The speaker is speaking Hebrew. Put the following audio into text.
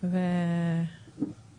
כולם רוצים, כולם בעד, כולם סופר חיוביים.